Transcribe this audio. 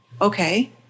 okay